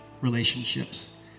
relationships